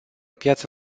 piață